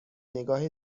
نگاه